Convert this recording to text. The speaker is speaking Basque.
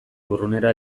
urrunera